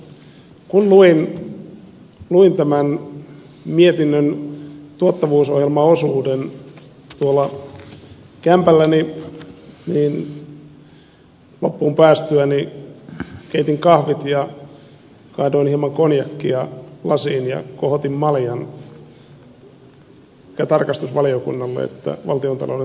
kun luin tämän mietinnön tuottavuusohjelmaosuuden tuolla kämpälläni niin loppuun päästyäni keitin kahvit ja kaadoin hieman konjakkia lasiin ja kohotin maljan sekä tarkastusvaliokunnalle että valtiontalouden tarkastusvirastolle